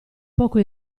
poco